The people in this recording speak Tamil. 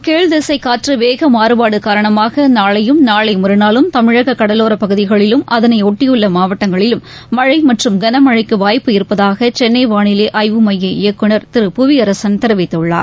கீழ்திசைகாற்றவேகமாறபாடுகாரணமாகநாளையும் நாளைமறுநாளும் தமிழககடலோரபகுதிகளிலும் அதனையொட்டியுள்ளமாவட்டங்களிலும் மழைமற்றும் கனமழைக்குவாய்ப்பு இருப்பதாகசென்னைவானிலைஆய்வு மைய இயக்குனர் திரு புவியரசன் தெரிவித்துள்ளார்